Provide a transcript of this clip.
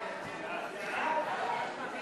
לסעיף 67,